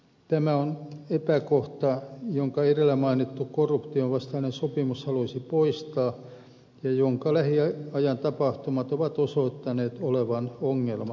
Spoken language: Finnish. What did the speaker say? tämä on epäkohta jonka edellä mainittu korruption vastainen sopimus haluaisi poistaa ja jonka lähiajan tapahtumat ovat osoittaneet olevan ongelma maassamme